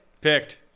Picked